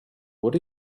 what